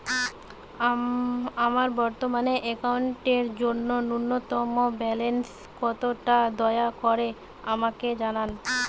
আমার বর্তমান অ্যাকাউন্টের জন্য ন্যূনতম ব্যালেন্স কত তা দয়া করে আমাকে জানান